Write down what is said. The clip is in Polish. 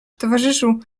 towarzyszu